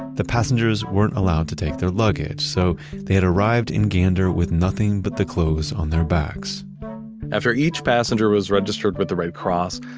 the passengers weren't allowed to take their luggage so they had arrived in gander with nothing but the clothes on their backs after each passenger was registered with the red cross,